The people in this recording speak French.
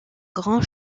grand